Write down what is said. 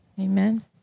Amen